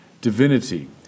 divinity